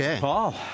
Paul